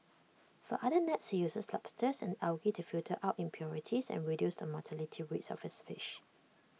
for other nets he uses lobsters and algae to filter out impurities and reduce the mortality rates of his fish